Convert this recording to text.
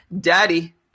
daddy